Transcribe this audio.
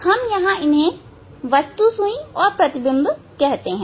हम यहां इन्हे वस्तु सुई और प्रतिबिंब कहते हैं